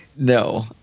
No